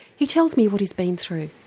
he tells me what he's been through.